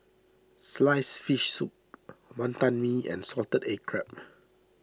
Sliced Fish Soup Wantan Mee and Salted Egg Crab